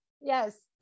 yes